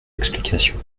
explications